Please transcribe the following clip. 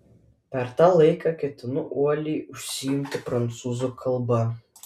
per tą laiką ketinu uoliai užsiimti prancūzų kalba